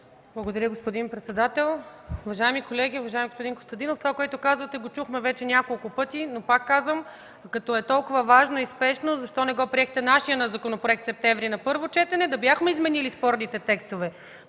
Благодаря, господин председател. Уважаеми колеги! Уважаеми господин Костадинов, това, което казвате го чухме вече няколко пъти, но пак казвам, като е толкова важно и спешно защо не приехте нашия законопроект през месец септември на първо четене? Да бяхме изменили спорните текстове.